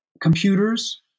computers